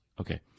Okay